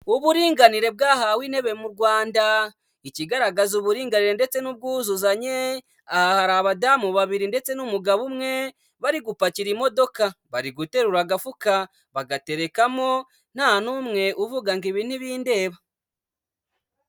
Uburinganire bwahawe intebe mu Rwanda, ikagaragaza uburinganire ndetse n'ubwuzuzanye, aha hari abadamu babiri ndetse n'umugabo umwe bari gupakira imodoka, bari guterura agafuka bagaterekamo nta n'umwe uvuga ngo ibi ntibindeba.